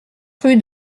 rue